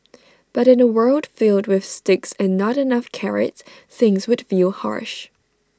but in A world filled with sticks and not enough carrots things would feel harsh